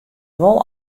wol